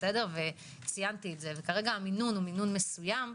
וכרגע המינון הוא מסוים,